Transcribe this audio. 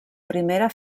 primera